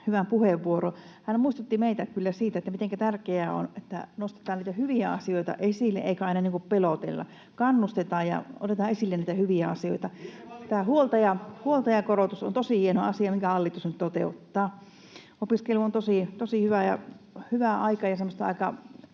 hyvän puheenvuoron. Hän muistutti meitä kyllä siitä, mitenkä tärkeää on, että nostetaan niitä hyviä asioita esille eikä aina niin kuin pelotella. Kannustetaan ja otetaan esille niitä hyviä asioita. Tämä huoltajakorotus on tosi hieno asia, minkä hallitus nyt toteuttaa. Opiskelu on tosi hyvää aikaa